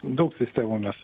daug sistemų mes